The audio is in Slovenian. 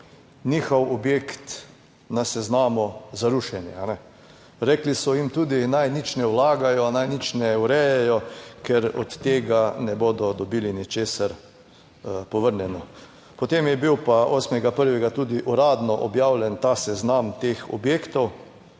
njihov objekt na seznamu za rušenje, rekli so jim tudi, naj nič ne vlagajo, naj nič ne urejajo, ker od tega ne bodo dobili ničesar povrnjeno. Potem je bil pa 8. 1. tudi uradno objavljen ta seznam teh objektov